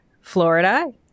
Florida